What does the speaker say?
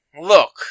Look